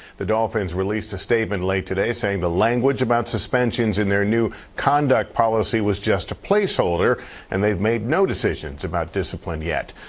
the dolphins released a statement late today saying the language about suspensions in their new conduct policy was just a placeholder and they have made no decisions about discipline yet.